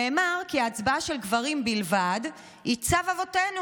נאמר כי הצבעה של גברים בלבד היא צו אבותינו,